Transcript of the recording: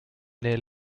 near